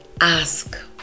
ask